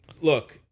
Look